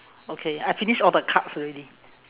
okay I finish all the cards already